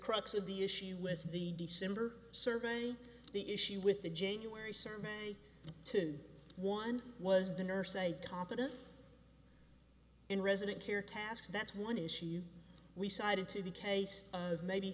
crux of the issue with the december survey the issue with the january survey two one was the nurse a competent in resident care tasks that's one issue we cited to the case of maybe